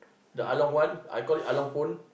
the ah-long one I call it Ah Long Phone